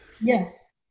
Yes